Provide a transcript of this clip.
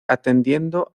atendiendo